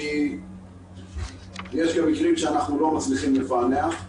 כי יש גם מקרים שאנחנו לא מצליחים לפענח.